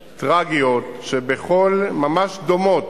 טרגיות, ממש דומות,